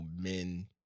men